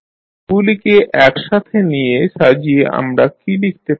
এগুলিকে একসাথে নিয়ে সাজিয়ে আমরা কী লিখতে পারি